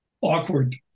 awkward